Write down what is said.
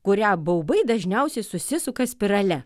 kurią baubai dažniausiai susisuka spirale